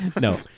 No